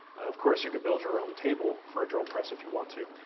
of course, you could build your own table for a drill press if you want to.